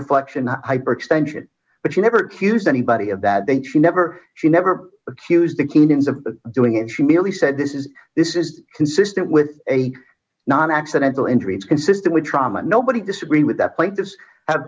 reflection hyperextension but you never used anybody of that that she never she never accused the kenyans of doing it she merely said this is this is consistent with a non accidental injuries consistent with trauma nobody disagree with that